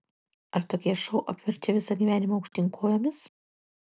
ar tokie šou apverčia visą gyvenimą aukštyn kojomis